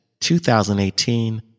2018